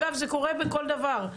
אגב זה קורה בכל דבר,